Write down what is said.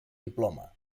diploma